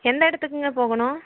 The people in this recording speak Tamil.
எந்த இடத்துக்குங்க போகணும்